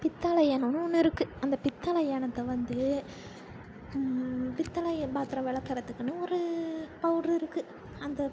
பித்தளை ஏனம்னு ஒன்று இருக்குது அந்த பித்தளை ஏனத்தை வந்து பித்தளைய பாத்திரம் விளக்குறதுக்குனு ஒரு பவுடரு இருக்குது அந்த